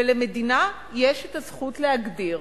ולמדינה יש הזכות להגדיר.